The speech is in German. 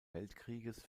weltkrieges